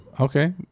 Okay